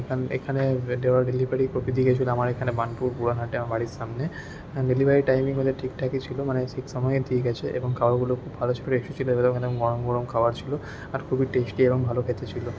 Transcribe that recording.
এখান এখানে দেওয়া ডেলিভারির প্রকৃতি কিছু আমার এখানে বার্ণপুর পুরাহাটে আমার বাড়ির সামনে ডেলিভারির টাইমিং বোধহয় ঠিকঠাকই ছিল মানে ঠিক সময়ই দিয়ে গেছে এবং খাবারগুলোও খুব ভালো ছিল গরম গরম খাবার ছিল আর খুবই টেস্টি এবং ভালো খেতে ছিল